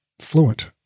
fluent